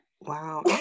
wow